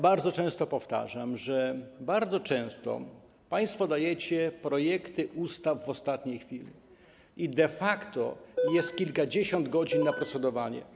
Bardzo często powtarzam, że bardzo często państwo dajecie projekty ustaw w ostatniej chwili i de facto jest kilkadziesiąt godzin na procedowanie.